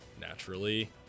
Naturally